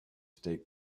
state